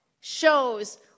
shows